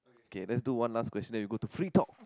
okay let's do one last question and then we go to free talk